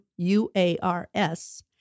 UARS